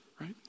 right